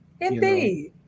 indeed